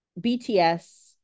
bts